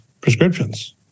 prescriptions